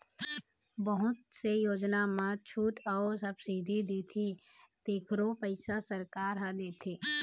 बहुत से योजना म छूट अउ सब्सिडी देथे तेखरो पइसा सरकार ह देथे